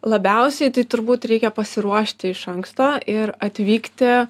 labiausiai tai turbūt reikia pasiruošti iš anksto ir atvykti